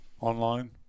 online